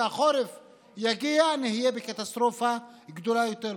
והחורף יגיע ונהיה בקטסטרופה גדולה יותר.